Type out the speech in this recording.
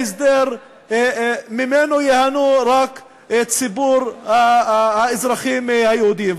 שממנו ייהנה רק ציבור האזרחים היהודים.